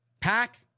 Pack